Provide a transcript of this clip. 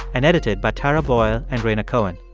and edited by tara boyle and rhaina cohen.